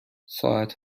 ساعت